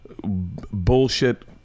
bullshit